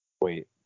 Wait